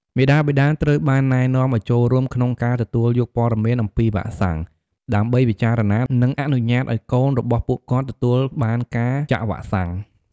មាតាបិតាត្រូវបានណែនាំឲ្យចូលរួមក្នុងការទទួលយកព័ត៌មានអំពីវ៉ាក់សាំង ដើម្បីពិចារណា និងអនុញ្ញាតឲ្យកូនរបស់ពួកគាត់ទទួលបានការជាក់វ៉ាក់សាំង។